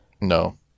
No